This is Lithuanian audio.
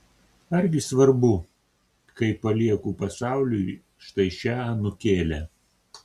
argi svarbu kai palieku pasauliui štai šią anūkėlę